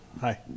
Hi